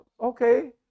okay